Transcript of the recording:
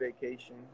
vacation